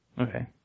Okay